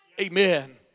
Amen